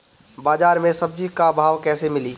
बाजार मे सब्जी क भाव कैसे मिली?